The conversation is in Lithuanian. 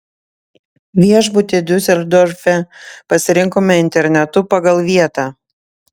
viešbutį diuseldorfe pasirinkome internetu pagal vietą